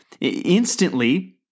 instantly